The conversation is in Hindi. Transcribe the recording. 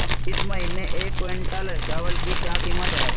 इस महीने एक क्विंटल चावल की क्या कीमत है?